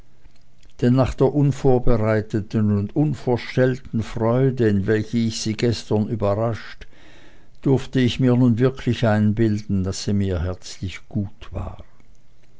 denn nach der unvorbereiteten und unverstellten freude in welcher ich sie gestern überrascht durfte ich mir nun wirklich einbilden daß sie mir herzlich gut war